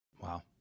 Wow